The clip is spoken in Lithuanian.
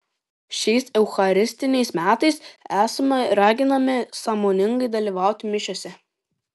šiais eucharistiniais metais esame raginami sąmoningai dalyvauti mišiose